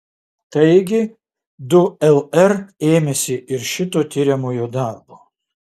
taigi du lr ėmėsi ir šito tiriamojo darbo